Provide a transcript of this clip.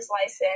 license